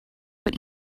but